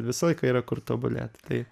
visą laiką yra kur tobulėt tai